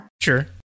Sure